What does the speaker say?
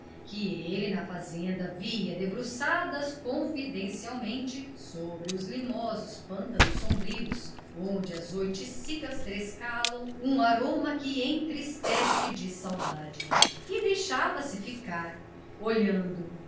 que ele na fazenda via debruçadas confidencialmente sobre os limosos pântanos sombrios onde as oiticicas trescalam um aroma que entristece de saudade e deixava-se ficar olhando